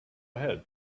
ahead